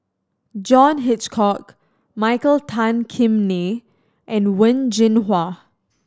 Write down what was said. John Hitchcock Michael Tan Kim Nei and Wen Jinhua